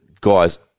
guys